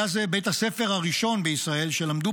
היה זה בית הספר הראשון בישראל שלמדו